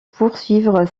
poursuivre